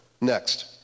Next